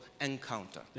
encounter